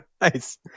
Nice